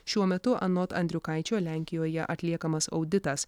šiuo metu anot andriukaičio lenkijoje atliekamas auditas